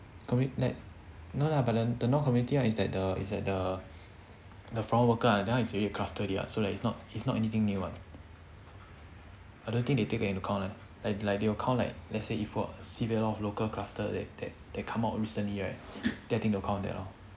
commu~ like no lah but the the non community one is at the is at the the foreign worker one that one is in custody what so like it's not it's not anything new what I don't think they take it into account eh like like they will count like let's say if what sibeh a lot of local cluster that that they come out recently then I think they'll count like that lor